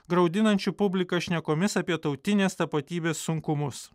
graudinančiu publiką šnekomis apie tautinės tapatybės sunkumus